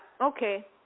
okay